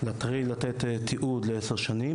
להתחיל לתת תיעוד לעשר שנים,